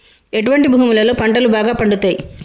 ఎటువంటి భూములలో పంటలు బాగా పండుతయ్?